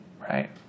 right